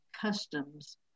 customs